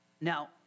Now